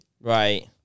Right